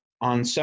on